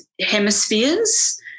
hemispheres